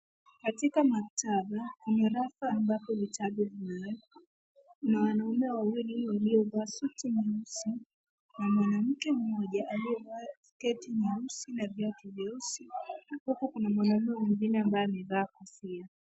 Katika maktaba, kwenye rafu ambapo vitabu vimewekwa. Kuna wanaume wawili waliovaa suti nyeusi na mwanamke mmoja aliyevaa sketi nyeusi na viatu vyeusi. Huku kuna mwanaume mwingine ambaye amevaa kofia.